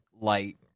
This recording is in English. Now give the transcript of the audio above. light